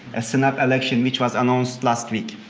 a snap election, which was announced last week.